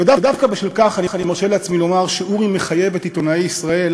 ודווקא בשל כך אני מרשה לעצמי לומר שאורי מחייב את עיתונאי ישראל